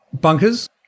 Bunkers